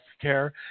care